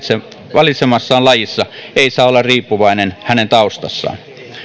valitsemassaan lajissa ei saa olla riippuvainen hänen taustastaan